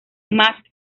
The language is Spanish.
más